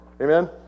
Amen